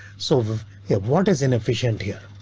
sort of yeah what is inefficient here?